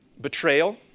Betrayal